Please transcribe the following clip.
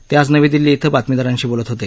ते आज नवी दिल्ली क्विं बातमीदारांशी बोलत होते